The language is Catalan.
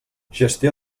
gestió